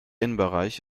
innenbereich